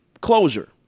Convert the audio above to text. Closure